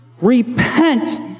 Repent